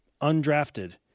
undrafted